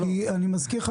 שניר, אני מזכיר לך